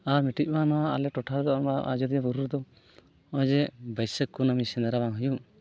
ᱟᱨ ᱢᱤᱫᱴᱮᱱ ᱢᱟ ᱱᱚᱣᱟ ᱟᱞᱮ ᱴᱚᱴᱷᱟᱨᱮ ᱵᱟᱝᱢᱟ ᱟᱡᱳᱫᱤᱭᱟᱹ ᱵᱩᱨᱩ ᱨᱮᱫᱚ ᱱᱚᱜᱼᱚᱭ ᱡᱮ ᱵᱟᱹᱭᱥᱟᱹᱠᱷ ᱠᱩᱱᱟᱹᱢᱤ ᱥᱮᱸᱫᱽᱨᱟ ᱵᱟᱝ ᱦᱩᱭᱩᱜ